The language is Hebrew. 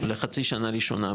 לחצי שנה ראשונה,